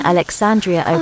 Alexandria